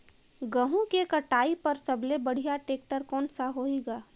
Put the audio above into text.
गहूं के कटाई पर सबले बढ़िया टेक्टर कोन सा होही ग?